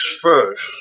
first